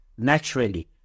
naturally